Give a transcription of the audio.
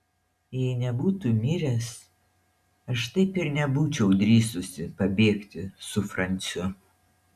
jei nebūtų miręs aš taip ir nebūčiau drįsusi pabėgti su franciu